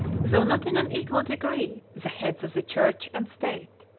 though not in an equal degree, the heads of the church and state.